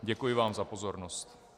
Děkuji vám za pozornost.